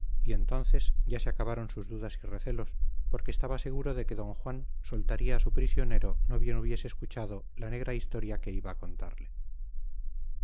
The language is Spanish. y entonces ya se acabaron sus dudas y recelos porque estaba seguro de que don juan soltaría a su prisionero no bien hubiese escuchado la negra historia que iba a contarle